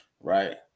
right